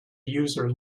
user